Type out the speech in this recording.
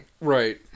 Right